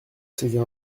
saisir